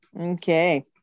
Okay